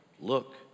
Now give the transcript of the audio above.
look